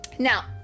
Now